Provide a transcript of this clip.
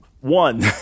One